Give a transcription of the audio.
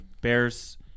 Bears